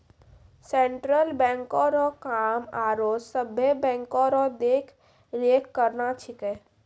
central बैंको रो काम आरो सभे बैंको रो देख रेख करना छिकै